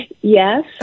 Yes